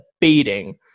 beating